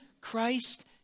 Christ